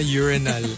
urinal